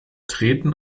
treten